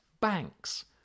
banks